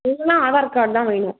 மெயினாக ஆதார் கார்டு தான் வேணும்